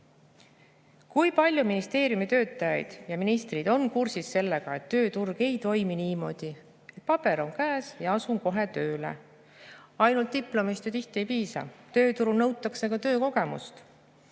kui palju ministeeriumi töötajad, sealhulgas ministrid on kursis sellega, et tööturg ei toimi niimoodi, et paber on käes ja asun kohe tööle. Ainult diplomist ju tihti ei piisa, tööturul nõutakse ka töökogemust.